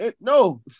No